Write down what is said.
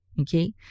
Okay